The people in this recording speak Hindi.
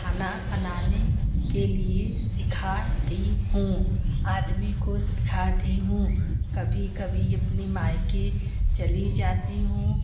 खाना बनाने के लिए सिखाती हूँ आदमी को सिखाती हूँ कभी कभी अपने मायके भी चली जाती हूँ